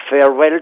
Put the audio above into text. Farewell